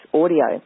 audio